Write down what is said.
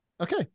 Okay